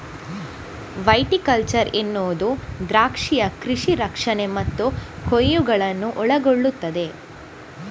viticulture ಎನ್ನುವುದು ದ್ರಾಕ್ಷಿಯ ಕೃಷಿ ರಕ್ಷಣೆ ಮತ್ತು ಕೊಯ್ಲುಗಳನ್ನು ಒಳಗೊಳ್ಳುತ್ತದೆ